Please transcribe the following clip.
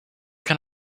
can